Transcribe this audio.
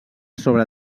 sobre